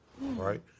right